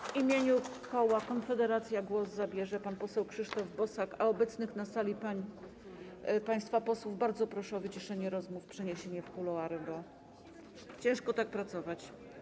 W imieniu koła Konfederacja głos zabierze pan poseł Krzysztof Bosak, a obecnych na sali państwa posłów bardzo proszę o wyciszenie rozmów, przeniesienie ich w kuluary, bo ciężko tak pracować.